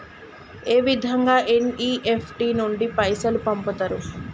ఏ విధంగా ఎన్.ఇ.ఎఫ్.టి నుండి పైసలు పంపుతరు?